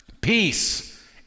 peace